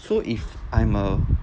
so if I'm a